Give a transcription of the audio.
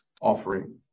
offering